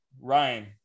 ryan